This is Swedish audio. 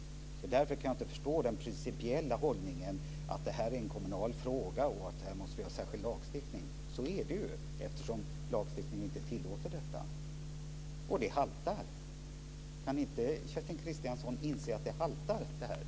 Därför kan jag inte förstå den principiella hållningen att det här är en kommunal fråga och att vi måste ha särskild lagstiftning. Så är det ju, eftersom lagstiftningen inte tillåter detta. Det haltar. Kan inte Kerstin Kristiansson Karlstedt inse att det haltar?